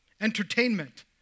entertainment